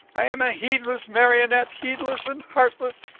i am a heedless marionette heedless and heartless.